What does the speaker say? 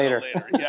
later